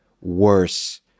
worse